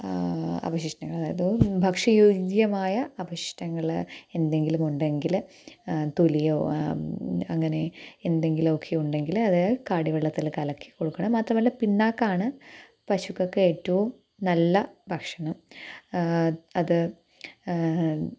അവശിഷ്ടങ്ങൾ അതു ഭക്ഷ്യയോഗ്യമായ അവശിഷ്ടങ്ങൾ എന്തെങ്കിലുമുണ്ടെങ്കിൽ തൊലിയോ അങ്ങനെ എന്തെങ്കിലുമൊക്കെ ഉണ്ടെങ്കിൽ അതു കാടി വെള്ളത്തിൽ കലക്കി കൊടുക്കണം മാത്രമല്ല പിണ്ണാക്കാണ് പശുക്കൾക്ക് ഏറ്റവും നല്ല ഭക്ഷണം അത്